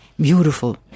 beautiful